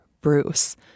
Bruce